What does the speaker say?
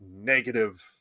negative